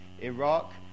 Iraq